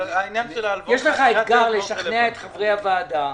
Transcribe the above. יש לך אתגר לשכנע את חברי הוועדה.